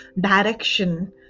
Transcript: direction